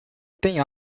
tem